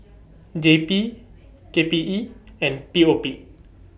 J P K P E and P O P